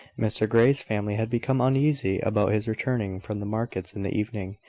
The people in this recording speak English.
mr grey's family had become uneasy about his returning from the markets in the evening,